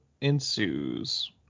ensues